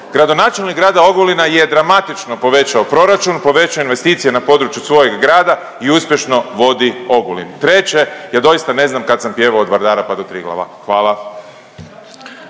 gradonačelnik grada Ogulina je dramatično povećao proračun, povećao investicije na području svojeg grada i uspješno vodi Ogulin. Treće, ja doista ne znam kad sam pjevao od Vardara pa do Triglava. Hvala.